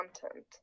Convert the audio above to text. content